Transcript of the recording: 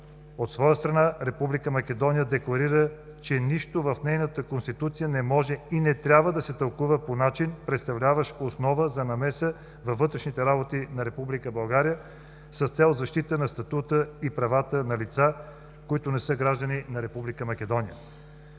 От своя страна, Република Македония декларира, че нищо в нейната Конституция не може и не трябва да се тълкува по начин, представляващ основа за намеса във вътрешните работи на Република България с цел защита на статута и правата на лица, които не са граждани на Република Македония.